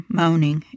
moaning